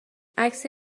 عکس